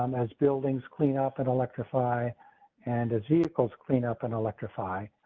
um as buildings clean up and electrify and as vehicles clean up and electrify.